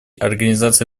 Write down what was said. организация